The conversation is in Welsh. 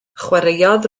chwaraeodd